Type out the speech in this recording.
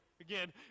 again